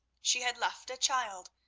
she had left a child,